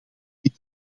dit